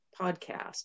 podcast